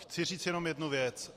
Chci říct jenom jednu věc.